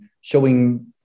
showing